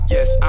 Yes